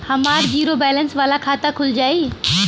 हमार zero balance वाला खाता खुल जाई?